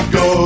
go